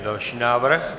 Další návrh?